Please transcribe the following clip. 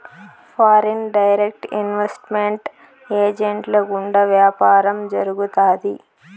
foreign direct investment ఏజెంట్ల గుండా వ్యాపారం జరుగుతాది